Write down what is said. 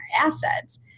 assets